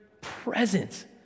presence